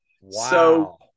wow